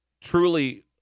truly